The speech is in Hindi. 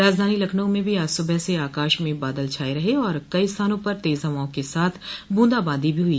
राजधानी लखनऊ में भी आज सुबह से आकाश म बादल छाये रहे और कई स्थानों पर तेज हवाओं के साथ बूंदाबादी भी हुई